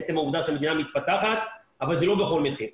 עצם העובדה שהמדינה מתפתחת, אבל זה לא בכל מחיר.